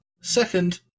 second